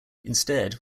instead